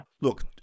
Look